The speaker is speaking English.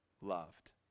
loved